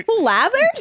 Lathers